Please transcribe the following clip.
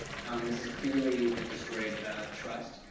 this is clearly a destroyed trust.